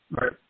Right